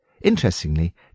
Interestingly